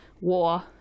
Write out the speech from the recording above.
war